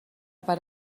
per